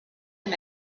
him